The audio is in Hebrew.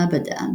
המעבדה,